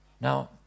Now